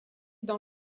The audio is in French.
dans